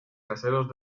caseros